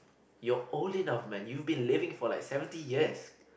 you're old enough man you have been living for like seventy years